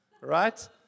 right